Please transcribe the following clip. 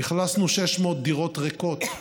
אכלסנו 600 דירות ריקות,